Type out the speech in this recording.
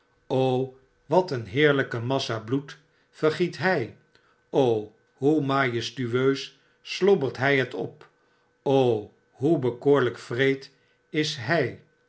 owat een heerlyke massa bloed vergiet hjj hoe majestueus slobbert hy het op hoe bekoorljjk wreed is hjj